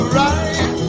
right